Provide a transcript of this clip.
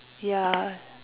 ya